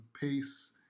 pace